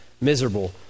miserable